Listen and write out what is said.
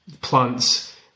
plants